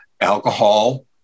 alcohol